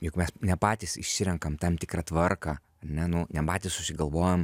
juk mes ne patys išsirenkam tam tikrą tvarką ar ne nu ne patys susigalvojam